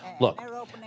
Look